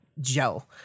gel